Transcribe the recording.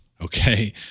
okay